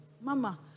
Mama